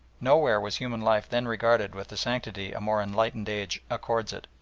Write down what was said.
nowhere was human life then regarded with the sanctity a more enlightened age accords it.